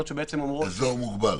אזור מוגבל?